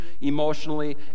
emotionally